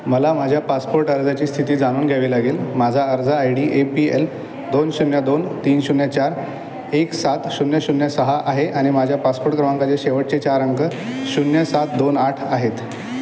मला माझ्या पासपोट अर्जाची स्थिती जाणून घ्यावी लागेल माझा अर्ज I D APL A P L दोन शून्य दोन तीन शून्य चार एक सात शून्य शून्य सहा आहे आणि माझ्या पासपोट क्रमांकाचे शेवटचे चार अंक शून्य सात दोन आठ आहेत